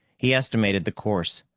he estimated the course.